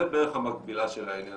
זה בערך המקבילה של העניין.